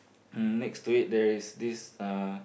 um next to it there is this uh